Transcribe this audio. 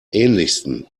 ähnlichsten